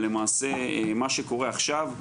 ולמעשה מה שקורה עכשיו,